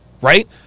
right